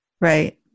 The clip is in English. Right